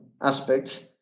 aspects